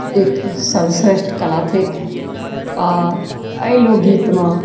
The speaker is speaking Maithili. एक सर्वश्रेष्ठ कला थिक आओर एहि लोकगीतमे